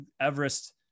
Everest